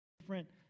different